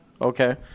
Okay